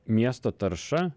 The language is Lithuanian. miesto tarša